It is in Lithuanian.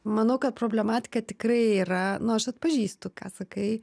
manau kad problematika tikrai yra nu aš atpažįstu ką sakai